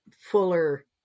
fuller